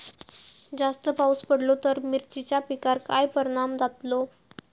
जास्त पाऊस पडलो तर मिरचीच्या पिकार काय परणाम जतालो?